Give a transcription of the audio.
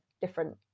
different